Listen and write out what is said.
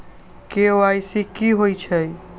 KYC कि होई छई?